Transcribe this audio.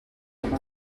amb